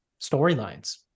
storylines